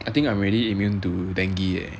I think I'm already immune to dengue eh